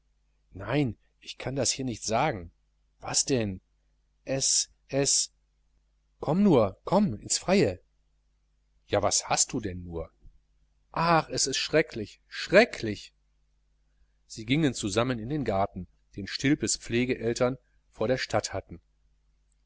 nein ich kann das hier nicht sagen was denn es es komm nur komm ins freie ja was hast du denn nur ach es ist schrecklich schrecklich sie gingen zusammen in den garten den stilpes pflegeeltern vor der stadt